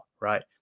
right